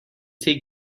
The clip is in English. take